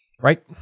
Right